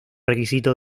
requisito